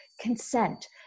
consent